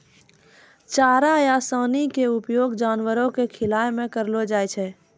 चारा या सानी के उपयोग जानवरों कॅ खिलाय मॅ करलो जाय छै